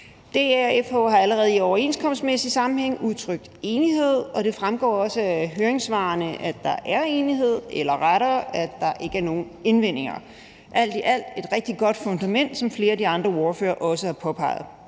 DA og FH har allerede i overenskomstmæssig sammenhæng udtrykt enighed, og det fremgår også af høringssvarene, at der er enighed, eller rettere, at der ikke er nogen indvendinger. Det er alt i alt et rigtig godt fundament, som flere af de andre ordførere også har påpeget.